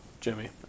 Jimmy